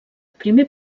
primer